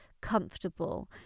comfortable